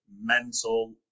mental